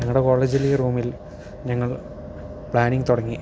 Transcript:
ഞങ്ങളുടെ കോളേജിൽ ഈ റൂമിൽ ഞങ്ങൾ പ്ലാനിംഗ് തുടങ്ങി